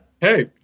hey